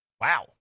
Wow